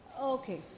Okay